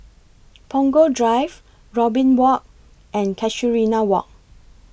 Punggol Drive Robin Walk and Casuarina Walk